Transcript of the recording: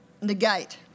Negate